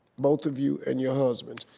both of you and your husbands,